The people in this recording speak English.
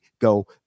go